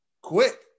Quick